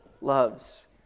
loves